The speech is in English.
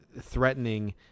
threatening